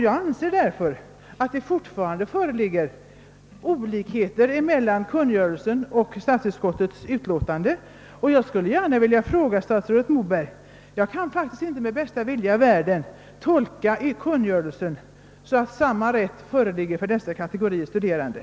Jag anser därför att det alltjämt föreligger olikheter mellan kungörelsen och statsutskottets utlåtande och kan inte med bästa vilja i världen tolka kungörelsen så, att samma rätt föreligger för dessa båda kategorier studerande.